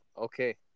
okay